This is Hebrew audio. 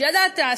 שידעת,